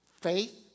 faith